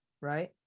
right